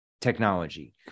technology